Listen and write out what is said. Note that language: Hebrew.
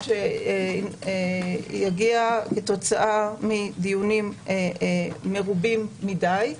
שיגיע כתוצאה מדיונים מרובים מדי,